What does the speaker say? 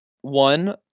one